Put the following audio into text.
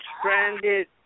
stranded